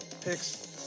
picks